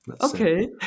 okay